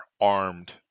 armed